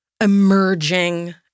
emerging